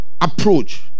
approach